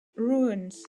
ruins